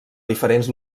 diferents